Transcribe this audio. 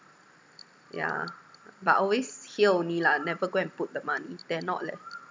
yeah but always hear only lah never go and put the money dare not leh